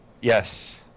Yes